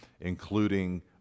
including